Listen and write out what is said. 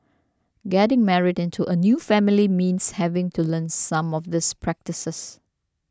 getting married into a new family means having to learn some of these practices